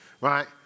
Right